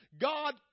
God